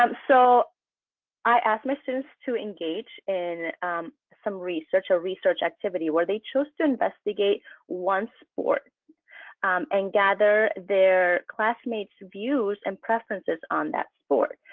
um so i asked my students to engage in some research or research activity where they chose to investigate one sport and gather their classmates views and preferences on that sport.